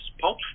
pulp